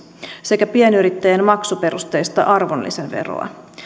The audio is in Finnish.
sekä pienyrittäjän maksuperusteista arvonlisäveroa